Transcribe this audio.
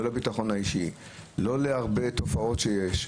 לביטחון האישי ולא להרבה תופעות שיש.